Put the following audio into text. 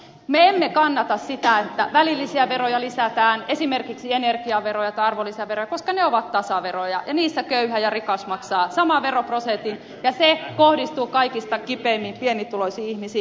me emme kannata sitä että välillisiä veroja lisätään esimerkiksi energiaveroja tai arvonlisäveroa koska ne ovat tasaveroja ja niissä köyhä ja rikas maksavat saman veroprosentin ja se kohdistuu kaikista kipeimmin pienituloisiin ihmisiin